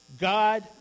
God